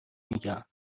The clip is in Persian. میگم